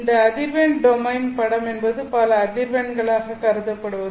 இந்த அதிர்வெண் டொமைன் படம் என்பது பல அதிர்வெண்களாக கருதப்படுவது